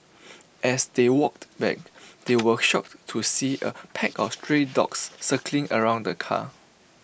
as they walked back they were shocked to see A pack of stray dogs circling around the car